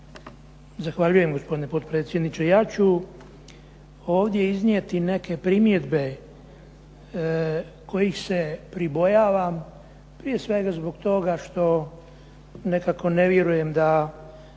Zahvaljujem gospodine potpredsjedniče. Ja ću ovdje iznijeti neke primjedbe kojih se pribojavam, prije svega zbog toga što nekako ne vjerujem da